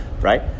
right